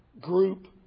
group